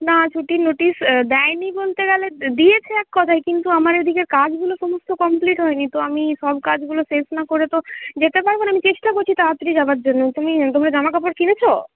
না ছুটির নোটিস দেয়নি বলতে গেলে দিয়েছে এককথায় কিন্তু আমার এদিকের কাজগুলো সমস্ত কমপ্লিট হয়নি তো আমি সব কাজগুলো শেষ না করে তো যেতে পারব না আমি চেষ্টা করছি তাড়াতাড়ি যাওয়ার জন্য তুমি তোমরা জামা কাপড় কিনেছ